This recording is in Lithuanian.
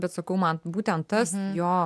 bet sakau man būtent tas jo